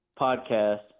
podcast